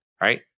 right